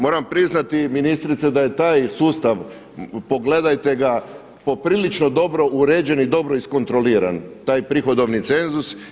Moram priznati ministrice da je taj sustav pogledajte ga poprilično dobro uređen i dobro iskontroliran, taj prihodovni cenzus.